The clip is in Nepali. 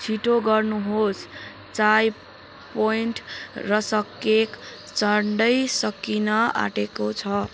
छिटो गर्नुहोस् चाइ पोइन्ट रस केक झन्डै सकिन आँटेको छ